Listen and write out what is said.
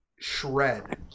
shred